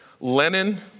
Lenin